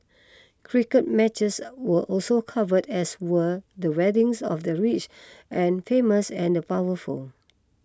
cricket matches were also covered as were the weddings of the rich and famous and the powerful